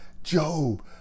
job